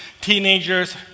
teenagers